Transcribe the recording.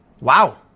Wow